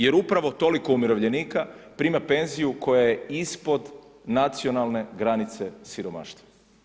Jer upravo toliko umirovljenika prima penziju koja je ispod nacionalne granice siromaštva.